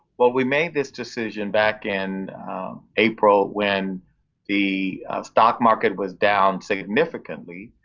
well, we made this decision back in april when the stock market was down significantly.